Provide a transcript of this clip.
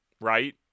Right